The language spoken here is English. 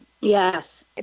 Yes